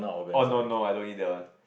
oh no no I don't eat that one